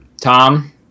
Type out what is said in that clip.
Tom